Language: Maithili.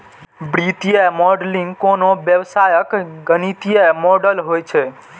वित्तीय मॉडलिंग कोनो व्यवसायक गणितीय मॉडल होइ छै